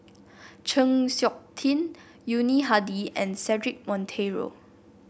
Chng Seok Tin Yuni Hadi and Cedric Monteiro